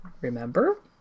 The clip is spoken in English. remember